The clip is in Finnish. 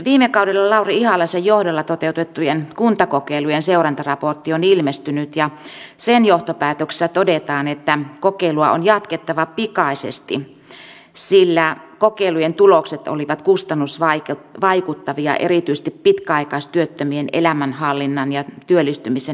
viime kaudella lauri ihalaisen johdolla toteutettujen kuntakokeilujen seurantaraportti on ilmestynyt ja sen johtopäätöksessä todetaan että kokeilua on jatkettava pikaisesti sillä kokeilujen tulokset olivat kustannusvaikuttavia erityisesti pitkäaikaistyöttömien elämänhallinnan ja työllistymisen näkökulmasta